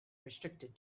restricted